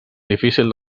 difícil